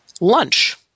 Lunch